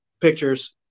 pictures